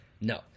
No